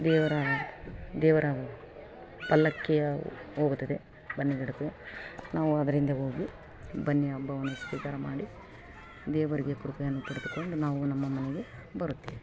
ದೇವರ ದೇವರ ಪಲ್ಲಕ್ಕಿಯ ಹೋಗುತ್ತದೆ ಬನ್ನಿ ಗಿಡಕ್ಕೆ ನಾವು ಅದರಿಂದೆ ಹೋಗಿ ಬನ್ನಿ ಹಬ್ಬವನ್ನು ಸ್ವೀಕಾರ ಮಾಡಿ ದೇವರಿಗೆ ಕೃಪೆಯನ್ನು ಪಡೆದುಕೊಂಡು ನಾವು ನಮ್ಮ ಮನೆಗೆ ಬರುತ್ತೇವೆ